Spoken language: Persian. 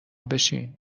بشین